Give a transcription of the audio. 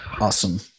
Awesome